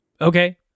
Okay